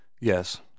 Yes